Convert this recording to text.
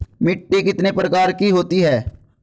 मिट्टी कितने प्रकार की होती हैं?